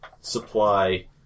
supply